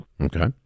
Okay